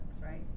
Right